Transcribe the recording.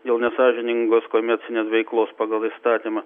jau nesąžiningos komercinės veiklos pagal įstatymą